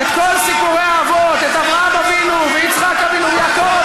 חבר הכנסת חיליק בר.